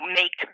make